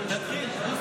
תתחיל.